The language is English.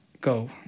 Go